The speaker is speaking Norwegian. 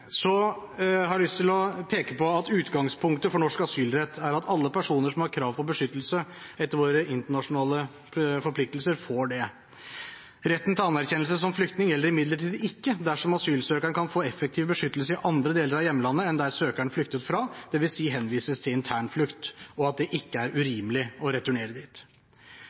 Så har jeg lyst til å peke på at utgangspunktet for norsk asylrett er at alle personer som har krav på beskyttelse etter våre internasjonale forpliktelser, får det. Retten til anerkjennelse som flyktning gjelder imidlertid ikke dersom asylsøkeren kan få effektiv beskyttelse i andre deler av hjemlandet enn der søkeren flyktet fra, dvs. henvises til internflukt, og at det ikke er urimelig å returnere dit.